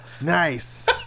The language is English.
Nice